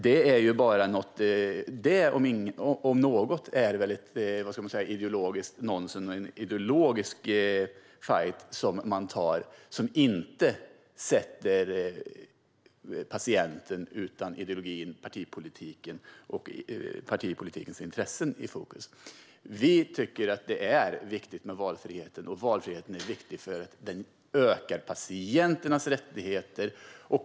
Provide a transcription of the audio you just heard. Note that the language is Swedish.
Det om något är väl ideologiskt nonsens som inte sätter patientens utan partipolitikens intressen i fokus. Vi tycker att det är viktigt med valfrihet. Valfriheten är viktig för att den ökar patienternas rättigheter.